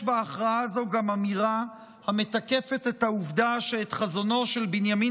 אך יש בהכרעה הזו גם אמירה המתקפת את העובדה שאת חזונו של בנימין